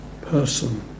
person